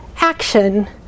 action